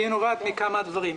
היא נובעת מכמה דברים.